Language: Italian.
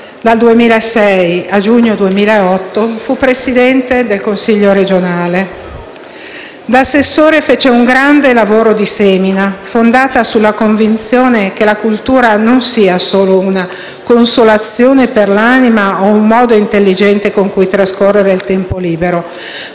Dal 2006 a giugno 2008 fu presidente del Consiglio regionale. Da assessore fece un grande lavoro di semina, fondata sulla convinzione che la cultura non sia «solo una consolazione per l'anima o un modo intelligente con cui trascorrere il tempo libero,